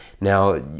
Now